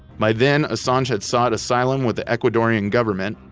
by then, assange had sought asylum with the ecuadorian government,